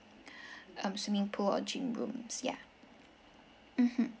um swimming pool or gym rooms yeah mmhmm